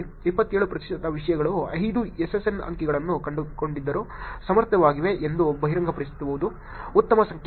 27 ಪ್ರತಿಶತ ವಿಷಯಗಳು ಐದು SSN ಅಂಕಿಗಳನ್ನು ಕಂಡುಹಿಡಿಯಲು ಸಮರ್ಥವಾಗಿವೆ ಎಂದು ಬಹಿರಂಗಪಡಿಸುವುದು ಉತ್ತಮ ಸಂಕೇತವಲ್ಲ